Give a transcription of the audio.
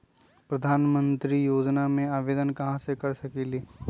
प्रधानमंत्री योजना में आवेदन कहा से कर सकेली?